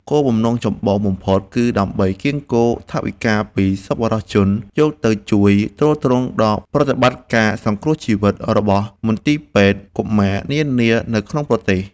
គោលបំណងចម្បងបំផុតគឺដើម្បីកៀរគរថវិកាពីសប្បុរសជនយកទៅជួយទ្រទ្រង់ដល់ប្រតិបត្តិការសង្គ្រោះជីវិតរបស់មន្ទីរពេទ្យកុមារនានានៅក្នុងប្រទេស។